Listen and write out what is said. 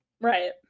right